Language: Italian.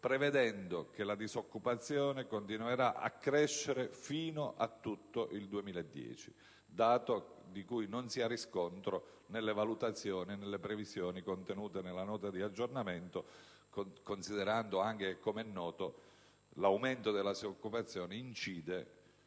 prevedendo che la disoccupazione continuerà a crescere fino a tutto il 2010 (dato di cui non si ha riscontro nelle previsioni contenute nella Nota di aggiornamento), considerando anche che, come noto, l'aumento della disoccupazione incide